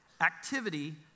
Activity